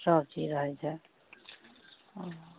सबचीज रहय छै ओ